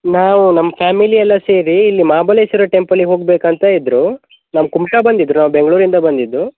ನಾವು ನಮ್ಮ ಫ್ಯಾಮಿಲಿ ಎಲ್ಲ ಸೇರಿ ಇಲ್ಲಿ ಮಹಾಬಲೇಶ್ವರ ಟೆಂಪಲ್ಲಿಗೆ ಹೋಗ್ಬೇಕೂಂತ ಇದ್ದರು ನಮ್ಮ ಕುಮ್ಟಾ ಬಂದಿದ್ದರು ಬೆಂಗಳೂರಿಂದ ಬಂದಿದ್ದು